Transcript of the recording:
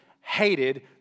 hated